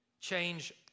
change